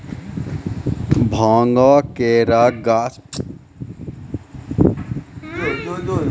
भांगक गाछ रो गांछ पकला रो बाद तबै भांग तैयार हुवै छै